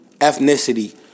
ethnicity